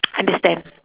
understand